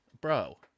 Bro